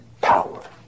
power